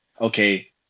okay